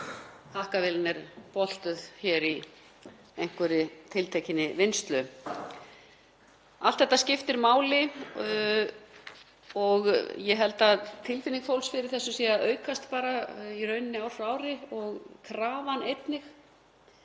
hakkavélin er boltuð hér í einhverri tiltekinni vinnslu. Allt þetta skiptir máli. Ég held að tilfinning fólks fyrir þessu sé að aukast ár frá ári og krafan einnig.